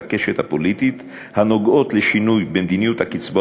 הפוליטית הנוגעות לשינוי במדיניות הקצבאות,